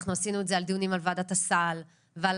אנחנו עשינו את זה על דיונים על ועדת הסל ועל